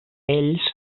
ells